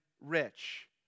rich